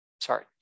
Sorry